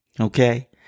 Okay